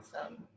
Awesome